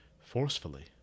forcefully